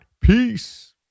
peace